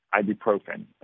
ibuprofen